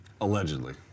Allegedly